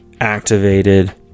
Activated